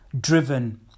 driven